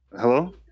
Hello